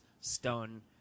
Stone